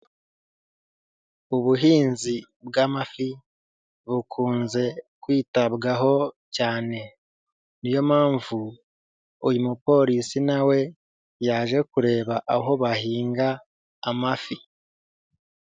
Ubuhinzi bw'amafi bukunze kwitabwaho cyane niyo mpamvu uyu mupolisi nawe yaje kureba aho bahinga amafi.